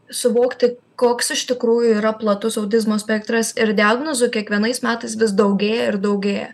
suvokti koks iš tikrųjų yra platus autizmo spektras ir diagnozių kiekvienais metais vis daugėja ir daugėja